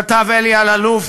כתב אלי אלאלוף